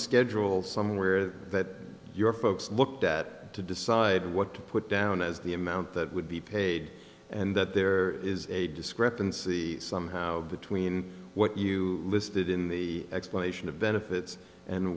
schedule somewhere that your folks looked at to decide what to put down as the amount that would be paid and that there is a discrepancy somehow between what you listed in the explanation of benefits and